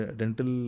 dental